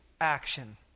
action